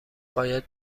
باید